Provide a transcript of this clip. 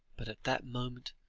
but at that moment,